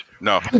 No